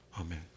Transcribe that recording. Amen